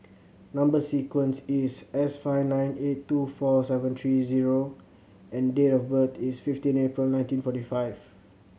number sequence is S five nine eight two four seven three zero and date of birth is fifteen April nineteen forty five